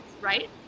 right